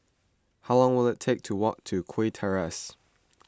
how long will it take to walk to Kew Terrace